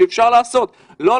לא,